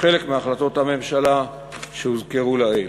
כחלק מהחלטות הממשלה שהוזכרו לעיל.